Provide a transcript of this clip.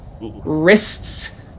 wrists